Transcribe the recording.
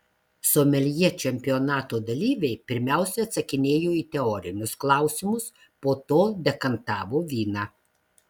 someljė čempionato dalyviai pirmiausia atsakinėjo į teorinius klausimus po to dekantavo vyną